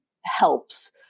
helps